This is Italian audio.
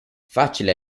facile